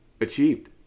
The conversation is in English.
achieved